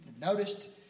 noticed